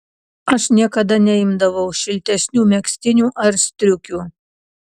aš niekada neimdavau šiltesnių megztinių ar striukių